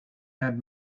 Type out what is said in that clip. had